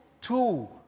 Two